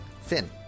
Finn